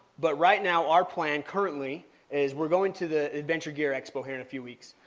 but right now our plan currently is we're going to the adventure gear expo here in a few weeks.